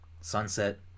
sunset